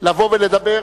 לבוא ולדבר.